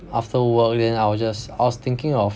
after work then I will just I was thinking of